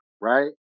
right